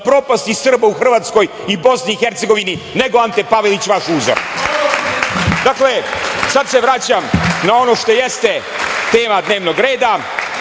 propasti Srba u Hrvatskoj i Bosni i Hercegovini nego Ante Pavelić, vaš uzor. Dakle, sada se vraćam na ono što jeste tema dnevnog reda,